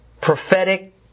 prophetic